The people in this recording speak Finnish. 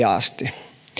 asti